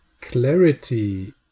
clarity